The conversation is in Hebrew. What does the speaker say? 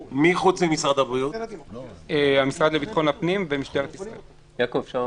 לגבי מקומות העבודה העמדה שלי הייתה -- אז היה להיפך,